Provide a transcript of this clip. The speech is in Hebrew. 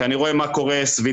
כי אני רואה מה קורה סביבנו,